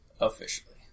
Officially